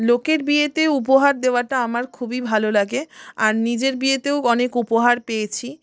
লোকের বিয়েতে উপহার দেওয়াটা আমার খুবই ভালো লাগে আর নিজের বিয়েতেও অনেক উপহার পেয়েছি